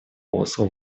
осло